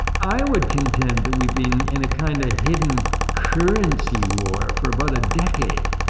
i would contend that we've been in a kind of hidden currency war for about a decade.